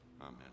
Amen